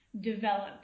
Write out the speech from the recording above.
develop